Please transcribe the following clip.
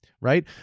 right